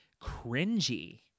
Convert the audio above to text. cringy